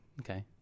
Okay